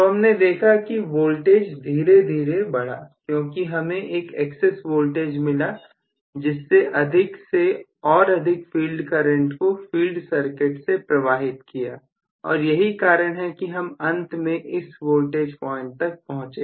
तो हमने देखा कि वोल्टेज धीरे धीरे बड़ा क्योंकि हमें एक एक्सेस वोल्टेज मिला जिसने अधिक से और अधिक फील्ड करंट को फील्ड सर्किट से प्रवाहित किया और यही कारण है कि हम अंत में इस वोल्टेज पॉइंट तक पहुंचे